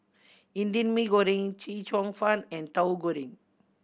Indian Mee Goreng Chee Cheong Fun and Tahu Goreng